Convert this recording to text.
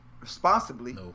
responsibly